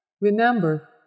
Remember